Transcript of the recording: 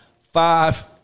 five